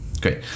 Great